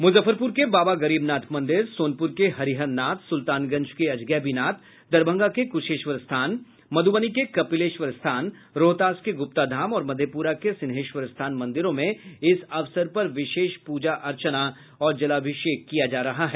मुजफ्फरपुर के बाबा गरीबनाथ मंदिर सोनपुर के हरिहरनाथ सुल्तानगंज के अजगैबीनाथ दरभंगा के क्शेश्वर स्थान मध्बनी के कपिलेश्वर स्थान रोहतास के गुप्ताधाम और मधेपुरा के सिंहेश्वर स्थान मंदिरों में इस अवसर पर विशेष पूजा अर्चना और जलाभिषेक किया जा रहा है